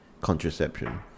contraception